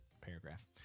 paragraph